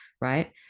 right